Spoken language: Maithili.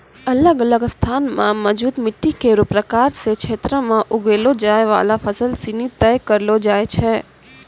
अलग अलग स्थान म मौजूद मिट्टी केरो प्रकार सें क्षेत्रो में उगैलो जाय वाला फसल सिनी तय करलो जाय छै